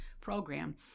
program